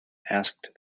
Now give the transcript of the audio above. asked